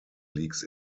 leaks